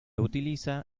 utiliza